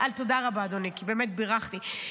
תודה רבה, אדוני, כי באמת בירכתי.